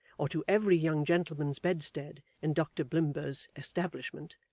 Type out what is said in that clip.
or to every young gentleman's bedstead in doctor blimber's establishment,